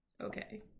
Okay